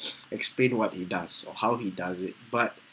explain what he does or how he does it but